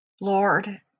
Lord